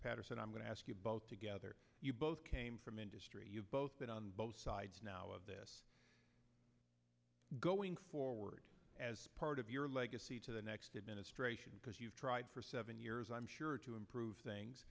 patterson i'm going to ask you both together you both came from industry you've both been on both sides now of this going forward as part of your legacy to the next administration because you've tried for seven years i'm sure to improve things